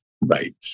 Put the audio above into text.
Right